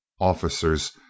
Officers